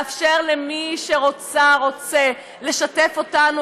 לאפשר למי שרוֹצָה/רוצה לשתף אותנו,